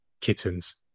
kittens